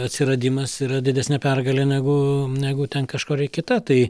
atsiradimas yra didesnė pergalė negu negu ten kažkuri kita tai